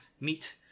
meet